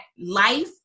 life